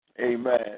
Amen